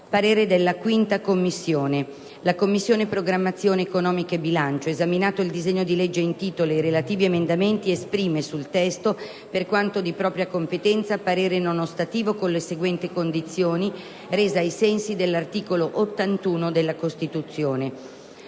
parere non ostativo». «La Commissione programmazione economica, bilancio, esaminato il disegno di legge in titolo ed i relativi emendamenti, esprime, sul testo, per quanto di propria competenza, parere non ostativo, con le seguente condizioni, rese ai sensi dell'articolo 81 della Costituzione: